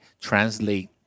translate